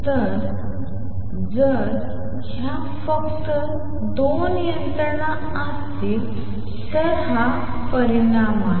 तर जर ह्या फक्त दोन यंत्रणा असतील तर हा परिणाम आहे